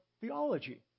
theology